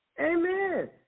Amen